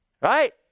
right